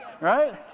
right